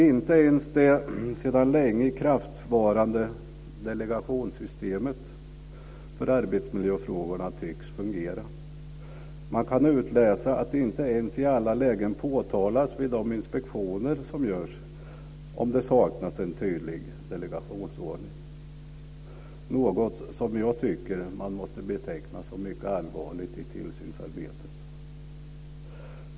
Inte ens det sedan länge ikraftvarande delegationssystemet för arbetsmiljöfrågor tycks fungera. Man kan utläsa att det inte ens i alla lägen påtalas om det saknas en tydlig delegationsordning vid de inspektioner som görs. Det är något som jag tycker att man måste beteckna som mycket allvarligt i tillsynsarbetet.